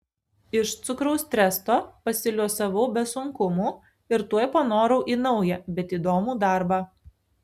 iš cukraus tresto pasiliuosavau be sunkumų ir tuoj panorau į naują bet įdomų darbą